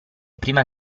prima